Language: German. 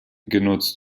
genutzt